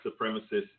supremacists